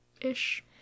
ish